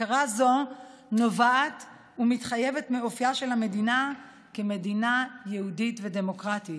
הכרה זו נובעת ומתחייבת מאופייה של המדינה כמדינה יהודית ודמוקרטית.